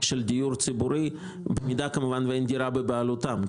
במידה ואין דירה בבעלותם.